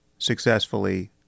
successfully